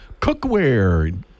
cookware